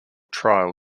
trial